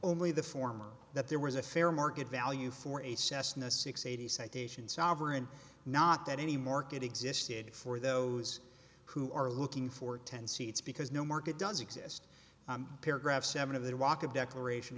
only the form that there was a fair market value for a cessna six eighty second asian sovereign not that any market existed for those who are looking for ten seats because no market does exist paragraph seven of the walk of declaration